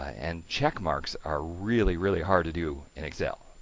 and check marks are really, really hard to do in excel,